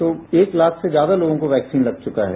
तो एक लाख से ज्यादा लोगों को वैक्सीन लग चुका है